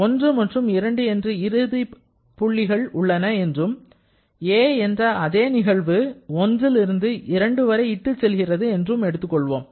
1 மற்றும் 2 என்று இரண்டு இறுதி புள்ளிகள் உள்ளன என்றும் 'a' என்ற அதே நிகழ்வு 1 ல் இருந்து 2 வரை இட்டுச் செல்கிறது என்று எடுத்துக்கொள்வோம்